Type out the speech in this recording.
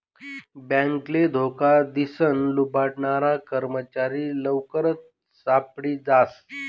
बॅकले धोका दिसन लुबाडनारा कर्मचारी लवकरच सापडी जास